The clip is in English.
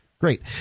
Great